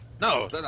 No